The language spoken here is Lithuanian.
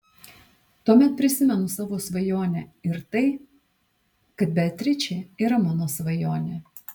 tuomet prisimenu savo svajonę ir tai kad beatričė yra mano svajonė